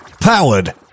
powered